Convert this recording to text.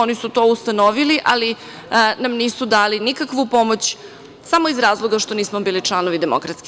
Oni su to ustanovili, ali nam nisu dali nikakvu pomoć samo iz razloga što nismo bili članovi DS.